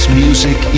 music